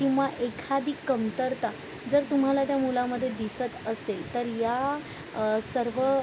किंवा एखादी कमतरता जर तुम्हाला त्या मुलामध्ये दिसत असेल तर या सर्व